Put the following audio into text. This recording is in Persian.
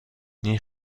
این